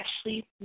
Ashley